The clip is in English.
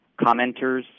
Commenters